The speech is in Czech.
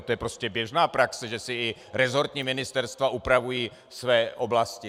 To je prostě běžná praxe, že si resortní ministerstva upravují své oblasti.